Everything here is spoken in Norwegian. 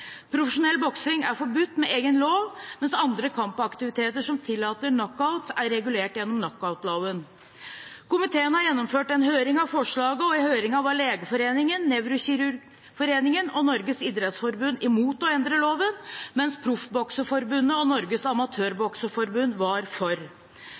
Profesjonell boksing er forbudt ved egen lov, mens andre kampaktiviteter som tillater knockout, er regulert gjennom knockoutloven. Komiteen har gjennomført en høring av forslaget, og i høringen var Legeforeningen, Norsk nevrokirurgisk forening og Norges idrettsforbund imot å endre loven, mens Norges profesjonelle bokseforbund og Norges